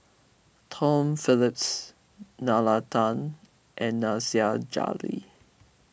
Tom Phillips Nalla Tan and Nasir Jalil